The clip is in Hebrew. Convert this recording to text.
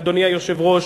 אדוני היושב-ראש,